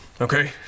Okay